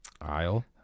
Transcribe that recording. aisle